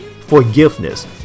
forgiveness